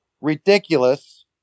ridiculous